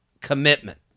commitment